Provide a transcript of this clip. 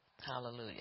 Hallelujah